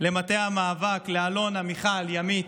למטה המאבק, לאלונה, מיכל וימית,